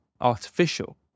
artificial